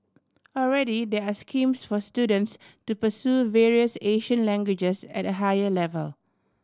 already there are schemes for students to pursue various Asian languages at a higher level